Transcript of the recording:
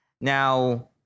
Now